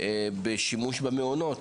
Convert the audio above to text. בשימוש במעונות.